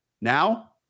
Now